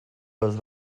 los